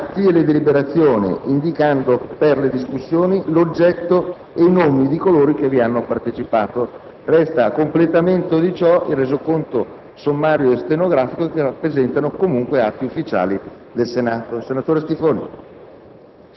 gli atti e le deliberazioni, indicando per le discussioni l'oggetto e i nomi di coloro che vi hanno partecipato». A completamento di ciò vengono prodotti i Resoconti sommario e stenografico, che rappresentano comunque atti ufficiali del Senato.